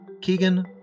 Keegan